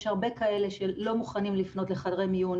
יש הרבה כאלה שלא מוכנים לפנות לחדרי מיון.